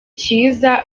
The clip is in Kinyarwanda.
cyiza